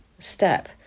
step